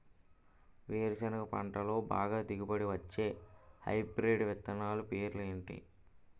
వేరుసెనగ పంటలో బాగా దిగుబడి వచ్చే హైబ్రిడ్ విత్తనాలు పేర్లు ఏంటి?